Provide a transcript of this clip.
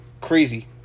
crazy